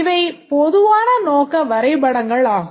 இவை பொதுவான நோக்க வரைபடங்கள் ஆகும்